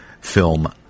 Film